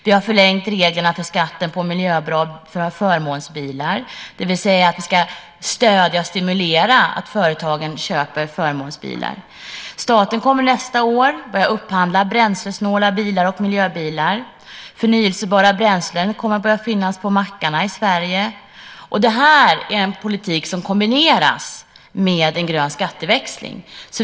Vi har förlängt reglerna för skatten på miljöbra förmånsbilar, det vill säga vi ska stödja och stimulera företagen att köpa förmånsbilar. Staten kommer nästa år att börja upphandla bränslesnåla bilar och miljöbilar. Förnybara bränslen kommer att finnas på mackarna i Sverige. Det här är en politik som kombineras med en grön skatteväxling.